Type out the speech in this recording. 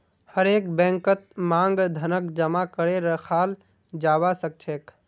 हरेक बैंकत मांग धनक जमा करे रखाल जाबा सखछेक